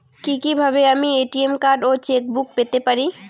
কি কিভাবে আমি এ.টি.এম কার্ড ও চেক বুক পেতে পারি?